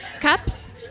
cups